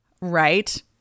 right